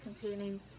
containing